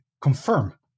confirm